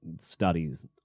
studies